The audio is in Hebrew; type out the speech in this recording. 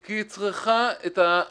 כי היא צריכה את התמיכה,